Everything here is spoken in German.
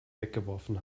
weggeworfen